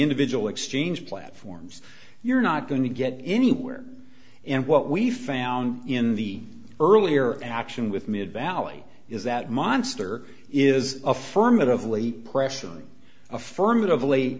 individual exchange platforms you're not going to get anywhere and what we found in the earlier action with mid valley is that monster is affirmatively pressuring affirmative